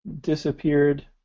disappeared